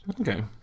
Okay